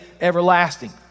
everlasting